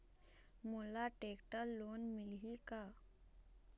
मोला tractor loan मिलही का?